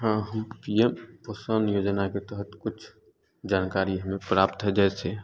हाँ हम पीएम पोषण योजना के तहत कुछ जानकारी हमें प्राप्त है जैसे